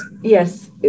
Yes